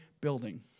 building